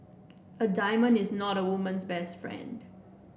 a diamond is not a woman's best friend